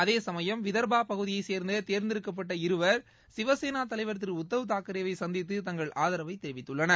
அதேசமயம் விதர்பா பகுதியை சேர்ந்த தேர்ந்தெடுக்கப்பட்ட இருவர் சிவசேனா தலைவர் திரு உத்தவ் தாக்கரேவை சந்தித்து தங்கள் ஆதரவை தெரிவித்துள்ளனர்